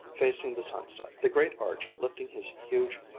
facing the sunset, the great arch lifting his huge,